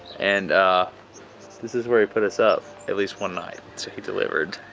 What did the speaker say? and this is where he put us up, at least one night, so he delivered.